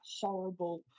horrible